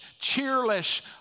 cheerless